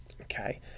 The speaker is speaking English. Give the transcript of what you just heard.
Okay